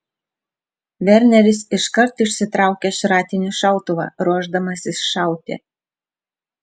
verneris iškart išsitraukia šratinį šautuvą ruošdamasis šauti